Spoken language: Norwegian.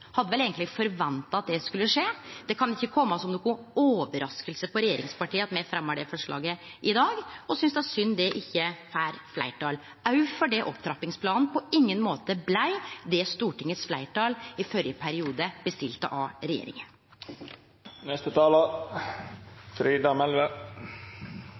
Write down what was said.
hadde vel eigentleg forventa at det skulle skje. Det kan ikkje kome som noka overrasking på regjeringspartia at me fremjar det forslaget i dag, og eg synest det er synd det ikkje får fleirtal – òg fordi opptrappingsplanen på ingen måte blei det som Stortingets fleirtal i førre periode bestilte av